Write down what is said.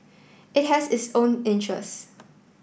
it has its own interests